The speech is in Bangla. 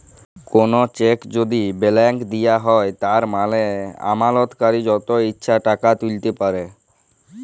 কল চ্যাক যদি ব্যালেঙ্ক দিঁয়া হ্যয় তার মালে আমালতকারি যত ইছা টাকা তুইলতে পারে